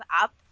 up